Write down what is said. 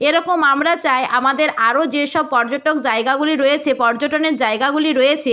এরকম আমরা চাই আমাদের আরো যেসব পর্যটক জায়গাগুলি রয়েছে পর্যটনের জায়গাগুলি রয়েছে